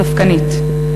הספקנית,